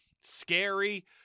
scary